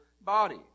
body